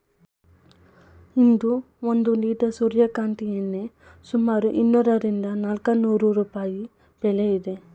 ಇಂದು ಒಂದು ಲಿಟರ್ ಸೂರ್ಯಕಾಂತಿ ಎಣ್ಣೆ ಸುಮಾರು ಇನ್ನೂರರಿಂದ ನಾಲ್ಕುನೂರು ರೂಪಾಯಿ ಬೆಲೆ ಇದೆ